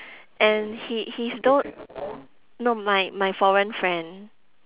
and he he's tho~ no my my foreign friend